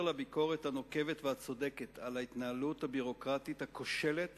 לביקורת הנוקבת והצודקת על ההתנהלות הביורוקרטית הכושלת